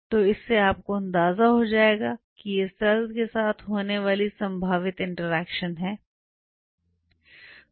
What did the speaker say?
तो इससे आपको अंदाजा होगा कि ये सेल के साथ होने वाली संभावित इंटरेक्शन्स हैं